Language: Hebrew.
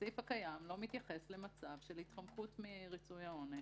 הסעיף הקיים לא מתייחס למצב של התחמקות מריצוי העונש.